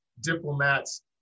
diplomats